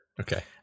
Okay